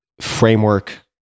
Framework